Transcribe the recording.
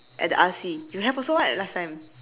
at the R_C you have also right last time